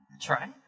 Try